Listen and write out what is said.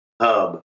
hub